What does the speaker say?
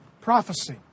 prophecy